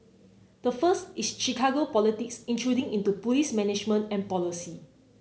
the first is Chicago politics intruding into police management and policy